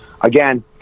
Again